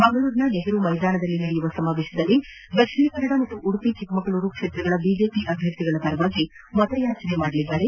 ಮಂಗಳೂರಿನ ನೆಹರೂ ಮೈದಾನದಲ್ಲಿ ನಡೆಯುವ ಸಮಾವೇಶದಲ್ಲಿ ದಕ್ಷಿಣ ಕನ್ನಡ ಮತ್ತು ಉಡುಪಿ ಚಿಕ್ಕಮಗಳೂರು ಕ್ಷೇತ್ರಗಳ ಬಿಜೆಪಿ ಅಭ್ಯರ್ಥಿಗಳ ಪರ ಅವರು ಮತ ಯಾಚಿಸಲಿದ್ದಾರೆ